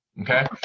okay